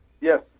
Yes